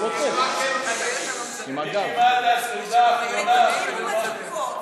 אני בעד הסעודה האחרונה,